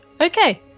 Okay